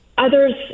Others